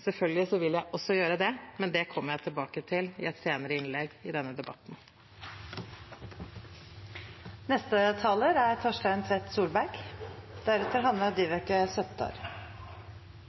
Selvfølgelig vil jeg også gjøre det, men det kommer jeg tilbake til i et senere innlegg i denne debatten.